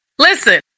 Listen